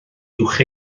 uwch